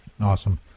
awesome